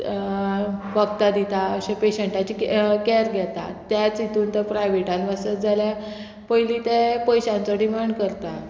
वकदां दिता अशें पेशंटाचे कॅर घेता त्याच हितून तो प्रायवेटान वचत जाल्यार पयली ते पयशांचो डिमांड करता